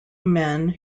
men